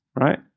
right